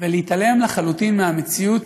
ולהתעלם לחלוטין מהמציאות,